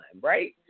right